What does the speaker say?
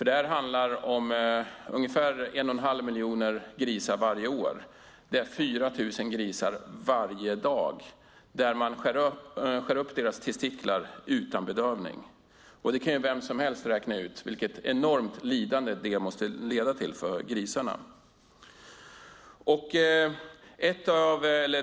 Det handlar om ca 1 1⁄2 miljon grisar varje år eller 4 000 grisar varje dag som får sina testiklar uppskurna utan bedövning. Vem som helst kan räkna ut vilket enormt lidande det måste orsaka för grisarna.